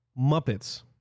Muppets